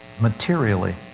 materially